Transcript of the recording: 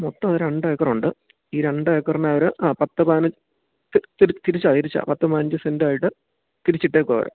മൊത്തം ഇത് രണ്ട് ഏക്കറുണ്ട് ഈ രണ്ട് ഏക്കറിനവർ ആ പത്ത് പതിനഞ്ച് തിരിച്ചാ തിരിച്ചാ പത്തും പതിനഞ്ചും സെന്റായിട്ട് തിരിച്ച് ഇട്ടേക്കുവാ അവർ